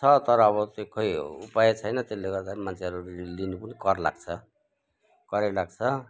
छ तर अब त्यो खोइ उपाय छैन त्यसले गर्दाखेरि मान्छेहरू ऋण लिनु पनि कर लाग्छ करै लाग्छ